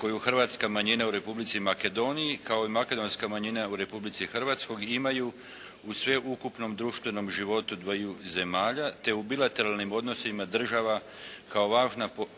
koju hrvatska manjina u Republici Makedoniji kao i makedonska manjina u Republici Hrvatskoj imaju u sveukupnom društvenom životu dviju zemalja, te u bilateralnim odnosima država kao važna poveznica,